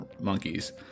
Monkeys